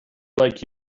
like